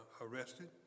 arrested